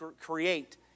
create